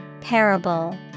Parable